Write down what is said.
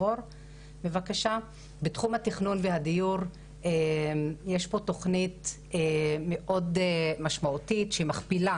בתחום התכנון והדיור יש תוכנית מאוד משמעותית שמכפילה